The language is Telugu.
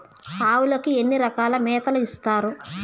ఆవులకి ఎన్ని రకాల మేతలు ఇస్తారు?